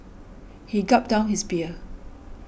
he gulped down his beer